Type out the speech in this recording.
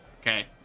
Okay